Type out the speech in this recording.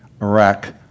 Iraq